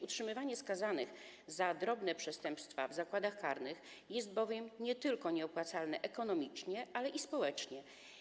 Utrzymywanie skazanych za drobne przestępstwa w zakładach karnych jest bowiem nieopłacalne nie tylko ekonomicznie, ale i społecznie.